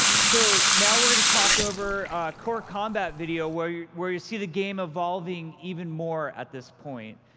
so, now we're going to talk over a core combat video, where you where you see the game evolving even more at this point.